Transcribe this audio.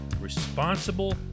Responsible